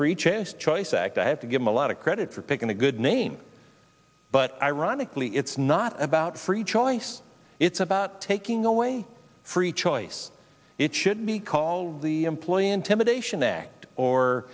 free choice act i have to give him a lot of credit for picking a good name but iraq likely it's not about free choice it's about taking away free choice it should be called the employee intimidation act or